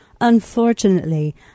Unfortunately